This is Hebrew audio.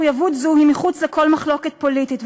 מחויבות זו היא מחוץ לכל מחלוקת פוליטית,